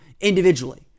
individually